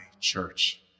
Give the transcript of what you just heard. church